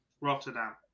Rotterdam